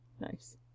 Nice